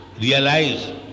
realize